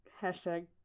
Hashtag